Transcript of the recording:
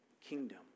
kingdom